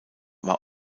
war